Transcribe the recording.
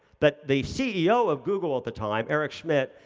but the ceo of google at the time, eric schmidt,